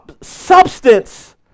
substance